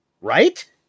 Right